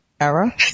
era